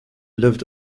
lived